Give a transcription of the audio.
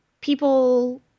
people